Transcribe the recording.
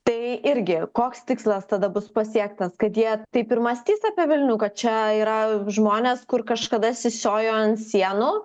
tai irgi koks tikslas tada bus pasiektas kad jie taip ir mąstys apie vilnių kad čia yra žmonės kur kažkada sisiojo ant sienų